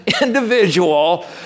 individual